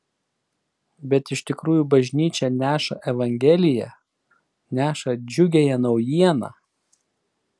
bet iš tikrųjų bažnyčia neša evangeliją neša džiugiąją naujieną